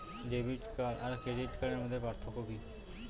Debit card আর credit কার্ডের মধ্যে পার্থক্য কি?